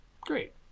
Great